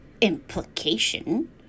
implication